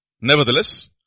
nevertheless